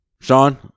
Sean